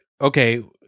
okay